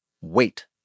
wait